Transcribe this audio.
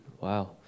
Wow